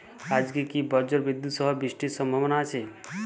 আজকে কি ব্রর্জবিদুৎ সহ বৃষ্টির সম্ভাবনা আছে?